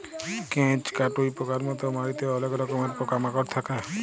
কেঁচ, কাটুই পকার মত মাটিতে অলেক রকমের পকা মাকড় থাক্যে